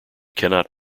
cannot